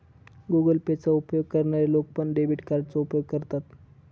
Google Pay चा उपयोग करणारे लोक पण, डेबिट कार्डचा उपयोग करतात